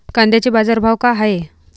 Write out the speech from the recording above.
कांद्याचे बाजार भाव का हाये?